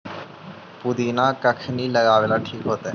पुदिना कखिनी लगावेला ठिक होतइ?